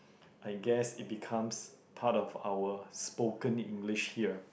I guess it becomes part of our spoken English here